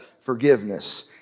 forgiveness